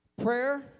Prayer